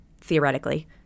theoretically